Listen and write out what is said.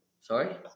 Sorry